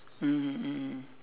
mmhmm mm